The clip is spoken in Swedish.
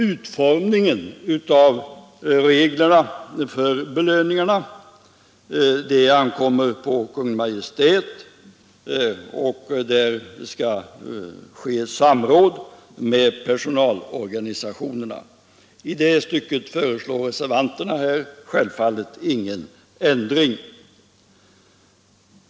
Utformningen av reglerna för belöningarna ankommer på Kungl. Maj:t och skall ske i samråd med personalorganisationerna. I det stycket begär reservanterna självfallet ingen ändring.